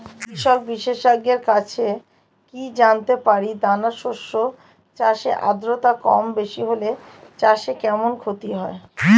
কৃষক বিশেষজ্ঞের কাছে কি জানতে পারি দানা শস্য চাষে আদ্রতা কমবেশি হলে চাষে কেমন ক্ষতি হয়?